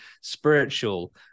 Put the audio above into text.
spiritual